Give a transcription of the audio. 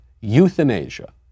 Euthanasia